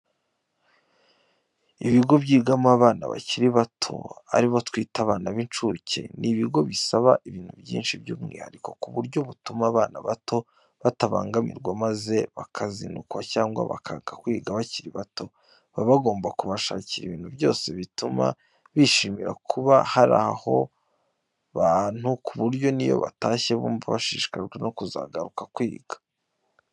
Ibigo byigamo abana bakiri bato ari bo twita abana b'inshuke, ni ibigo bisaba ibintu byinshi by'umwihariko ku buryo butuma abana bato batabangamirwa maze bakazinukwa cyangwa bakanga kwiga bakiri bato, baba bagomba kubashakira ibintu byose bituma bishimira kuba bari aho hantu ku buryo n'iyo batashye bumva bashishikajwe no kuzagaruka kwiga.